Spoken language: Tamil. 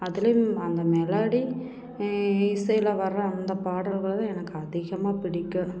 அதுலேயும் அந்த மெலோடி இசையில் வர அந்த பாடல்களை தான் எனக்கு அதிகமான பிடிக்கும்